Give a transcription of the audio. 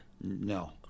No